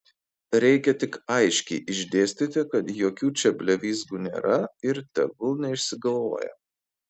reikia tik aiškiai išdėstyti kad jokių čia blevyzgų nėra ir tegul neišsigalvoja